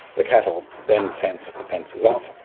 the cattle then sense the fence is off,